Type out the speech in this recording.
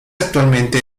actualmente